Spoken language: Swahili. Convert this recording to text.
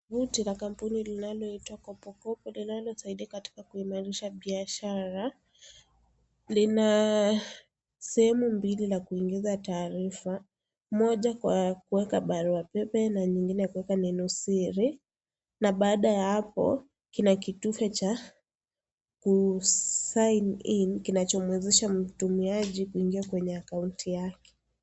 Buti la kampuni linaloitwa kopokopo linalosaidia katika kuimarisha biashara. Lina sehemu mbili la kuingiza taarifa, moja kwa kuwekwa barua pepe na nyingine kuweka neno Siri, na baada ya hapo Kina kitufe Cha ku sign in kinachomwezesha mtumiaji kuingia kwenye account yake.